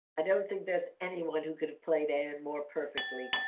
i don't think there's anyone who could have played added more perfectly.